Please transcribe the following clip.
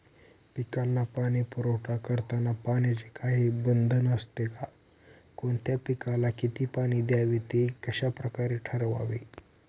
पिकांना पाणी पुरवठा करताना पाण्याचे काही बंधन असते का? कोणत्या पिकाला किती पाणी द्यावे ते कशाप्रकारे ठरवावे?